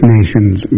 Nations